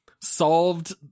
solved